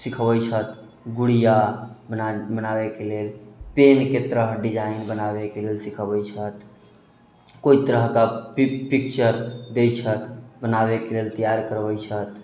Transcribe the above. सीखबै छथि गुड़िआ बनाबैके लेलके तेलके तरह डिजाइन बनाबैके लेल सीखाबै छथि कोइ तरहके पिक्चर दै छथि बनाबैके लेल तैयार करबै छथि